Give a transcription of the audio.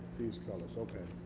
these colors, okay.